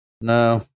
No